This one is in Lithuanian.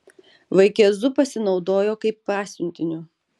vaikėzu pasinaudojo kaip pasiuntiniu